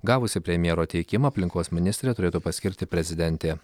gavusi premjero teikimą aplinkos ministrę turėtų paskirti prezidentė